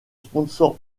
sponsor